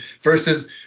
versus